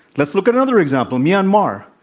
let's look at another example. myanmar.